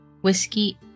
Whiskey